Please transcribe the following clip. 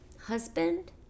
husband